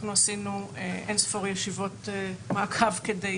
אנחנו עשינו אין-ספור ישיבות מעקב כדי